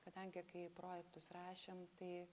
kadangi kai projektus rašėm tai